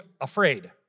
afraid